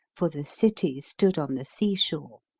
for the city stood on the sea-shore.